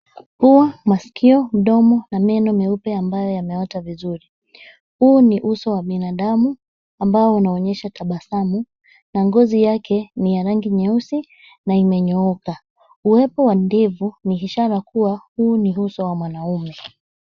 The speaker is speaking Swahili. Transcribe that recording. Pua, masikio, mdomo, na meno meupe ambayo yameota vizuri. Huu ni uso wa binadamu ambao unaonyesha tabasamu na ngozi yake ni ya rangi nyeusi na imenyooka. Uwepo wa ndevu ni ishara kuwa huu ni uso wa mwanaume.